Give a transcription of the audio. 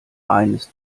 eines